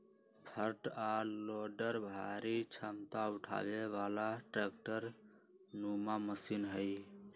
front आ loader भारी क्षमता उठाबे बला ट्रैक्टर नुमा मशीन हई